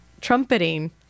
trumpeting